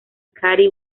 kathy